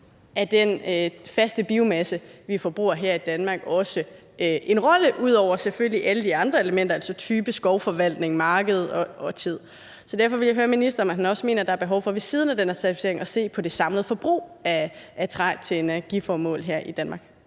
af den faste biomasse, vi forbruger her i Danmark, også en rolle, ud over selvfølgelig alle de andre elementer, altså type, skovforvaltning, marked og tid. Derfor vil jeg høre ministeren, om han også mener, at der er behov for ved siden af den her certificering at se på det samlede forbrug af træ til energiformål her i Danmark.